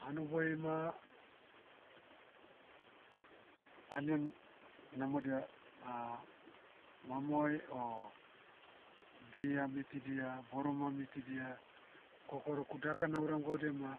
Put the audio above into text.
hanoboi ma, anian, namodia, mamoe o, deer mitidia boroma mitidia, kokoroku daka nauram gaudia ma,